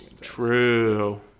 True